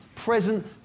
Present